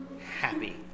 happy